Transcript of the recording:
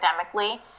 academically